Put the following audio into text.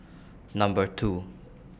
Number two